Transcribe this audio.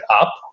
up